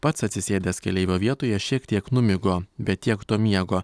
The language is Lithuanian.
pats atsisėdęs keleivio vietoje šiek tiek numigo bet tiek to miego